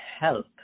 health